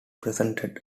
presented